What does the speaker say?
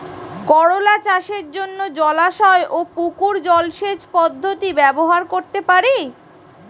করোলা চাষের জন্য জলাশয় ও পুকুর জলসেচ পদ্ধতি ব্যবহার করতে পারি?